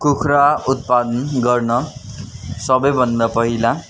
कुखुरा उत्पादन गर्न सबैभन्दा पहिला